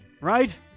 Right